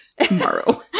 tomorrow